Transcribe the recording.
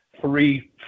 three